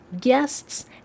guests